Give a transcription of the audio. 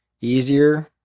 easier